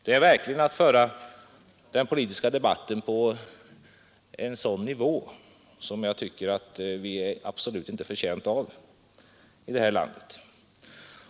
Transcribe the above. Det är verkligen att föra den politiska debatten på en sådan nivå som vi inte är betjänta av i det här landet.